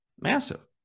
Massive